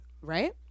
Right